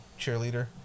cheerleader